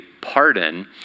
pardon